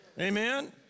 Amen